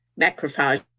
macrophage